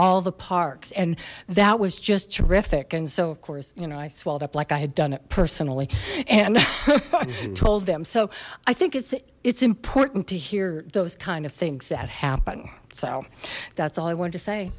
all the parks and that was just terrific and so of course you know i swelled up like i had done it personally and told them so i think it's it's important to hear those kind of things that happen so that's all i wanted to say